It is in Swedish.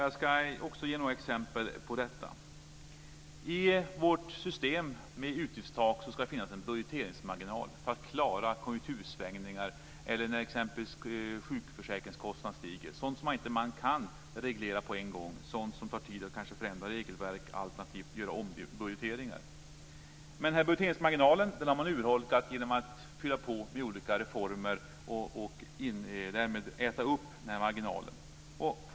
Jag ska också ge några exempel på detta. I vårt system med utgiftstak ska det finnas en budgeteringsmarginal för att man ska klara av konjunktursvängningar eller situationer när t.ex. sjukförsäkringskostnaderna stiger, sådant som man inte kan reglera på en gång. Det är sådant som tar tid. Det handlar kanske om att förändra regelverk alternativt göra ombudgeteringar. Den här budgeteringsmarginalen har man urholkat genom att fylla på med olika reformer. Därmed har man ätit upp den här marginalen.